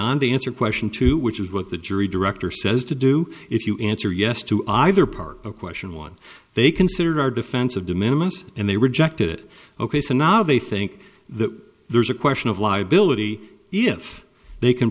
on to answer a question to which is what the jury director says to do if you answer yes to either part of question one they considered our defensive diminishment and they rejected it ok so now they think that there's a question of liability if they can